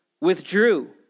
withdrew